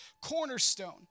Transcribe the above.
cornerstone